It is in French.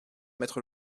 mettre